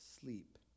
sleep